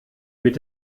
mit